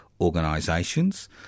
organisations